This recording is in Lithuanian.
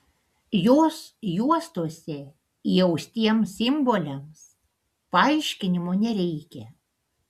jos juostose įaustiems simboliams paaiškinimo nereikia